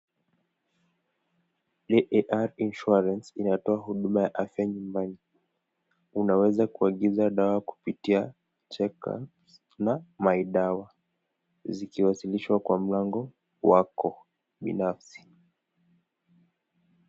Aar insurance inatoa huduma nyumbani , unaweza kiuagiza dawa kupitia checkups na my dawa zikiwasilishwa kwa mlango wako binafsi.